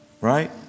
right